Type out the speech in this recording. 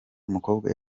umukobwa